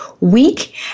week